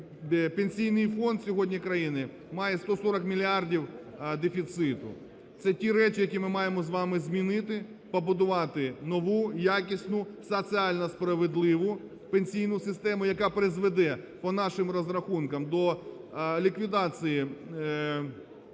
Пенсійний фонд сьогодні, країни, має 140 мільярдів дефіциту. Це ті речі, які ми маємо з вами змінити, побудувати нову, якісну, соціально-справедливу пенсійну систему, яка призведе, по нашим розрахункам, до ліквідації